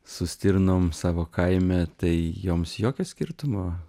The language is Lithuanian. su stirnom savo kaime tai joms jokio skirtumo